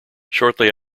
shortly